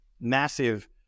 massive